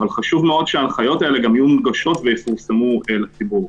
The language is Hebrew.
אבל חשוב מאוד שההנחיות האלה גם יהיו מונגשות ויפורסמו לציבור.